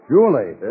Julie